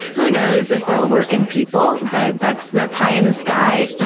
who knows if it'll work in people? but that's the pie in the sky.